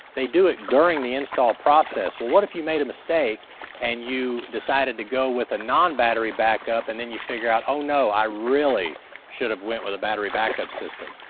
they do it during the install process. well, what if you made a mistake and you decided to go with a non-battery backup, and then you figure out, oh no, i really should've went with a battery backup system?